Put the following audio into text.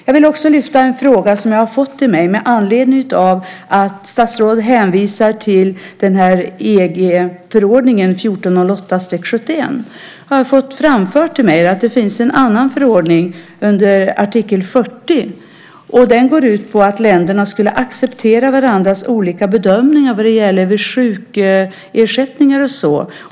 Jag vill också ta upp en fråga som jag fått med anledning av att statsrådet hänvisar till EG-förordningen 1408/71. Jag har fått framfört till mig att det finns en annan förordning under artikel 40 som går ut på att länderna accepterar varandras olika bedömningar vad gäller sjukersättningar och sådant.